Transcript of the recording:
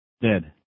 dead